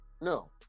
no